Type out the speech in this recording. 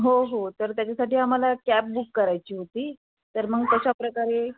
हो हो तर त्याच्यासाठी आम्हाला कॅब बुक करायची होती तर मग कशा प्रकारे